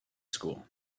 school